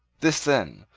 this, then,